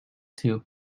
too